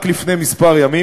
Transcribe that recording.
רק לפני כמה ימים,